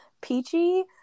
Peachy